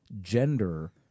Gender